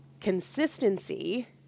Consistency